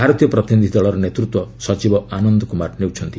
ଭାରତୀୟ ପ୍ରତିନିଧି ଦଳର ନେତୃତ୍ୱ ସଚିବ ଆନନ୍ଦ କୁମାର ନେଉଛନ୍ତି